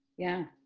yeah.